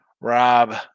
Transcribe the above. Rob